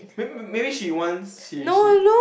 maybe maybe she wants she she